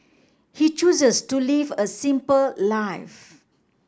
he chooses to live a simple life